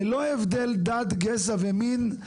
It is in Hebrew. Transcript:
ללא הבדל דת גזע ומין,